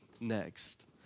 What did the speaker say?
next